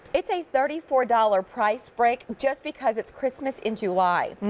it's a thirty four dollars price break just because it's christmas in july.